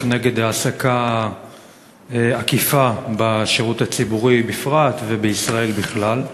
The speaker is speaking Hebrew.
נגד העסקה עקיפה בשירות הציבורי בפרט ובישראל בכלל.